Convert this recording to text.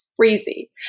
crazy